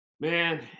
man